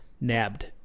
Nabbed